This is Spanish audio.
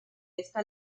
esta